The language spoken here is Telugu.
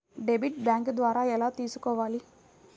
డెబిట్ బ్యాంకు ద్వారా ఎలా తీసుకోవాలి?